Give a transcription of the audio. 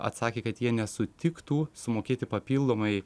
atsakė kad jie nesutiktų sumokėti papildomai